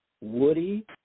woody